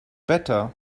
better